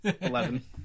Eleven